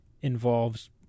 involves